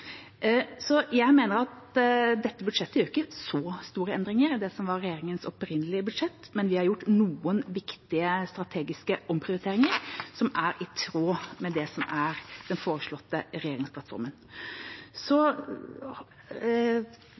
Jeg mener at vi i dette budsjettet ikke gjør så store endringer sammenliknet med det som var regjeringas opprinnelige budsjett, men vi har gjort noen viktige strategiske omprioriteringer som er i tråd med regjeringsplattformen. Så har jeg noen kommentarer til det som